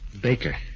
Baker